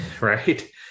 right